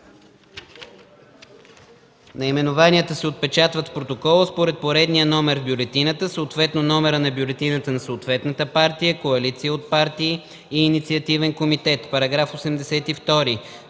Наименованията се отпечатват в протокола според поредния номер в бюлетината, съответно номера на бюлетината на съответната партия, коалиция от партии и инициативен комитет.” § 82.